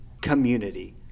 community